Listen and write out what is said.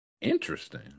Interesting